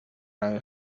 nave